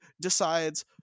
decides